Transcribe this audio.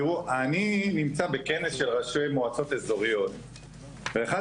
אני נמצא בכנס של ראשי מועצות אזוריות ואחד